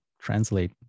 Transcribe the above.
translate